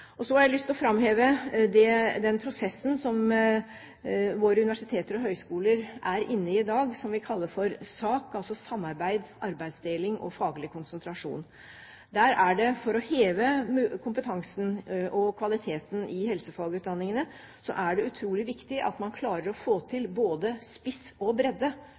Så har jeg lyst til å framheve den prosessen som våre universiteter og høyskoler i dag er inne i, som vi kaller for SAK, altså samarbeid, arbeidsdeling og faglig konsentrasjon. Der er det, for å heve kompetansen og kvaliteten i helsefagutdanningene, utrolig viktig at man klarer å få til både spiss og bredde